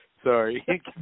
Sorry